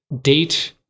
date